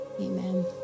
amen